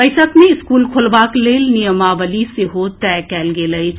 बैसक मे स्कूल खोलबाक लेल नियमावली सेहो तय कएल गेल अछि